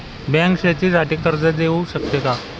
Bank शेतीसाठी कर्ज देऊ शकते का?